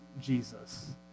Jesus